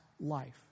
life